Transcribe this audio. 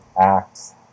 acts